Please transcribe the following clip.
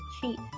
cheat